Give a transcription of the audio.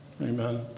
Amen